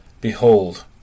Behold